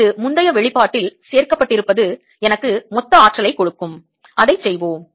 இது முந்தைய வெளிப்பாட்டில் சேர்க்கப்பட்டிருப்பது எனக்கு மொத்த ஆற்றலைக் கொடுக்கும் அதைச் செய்வோம்